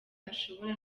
ashobora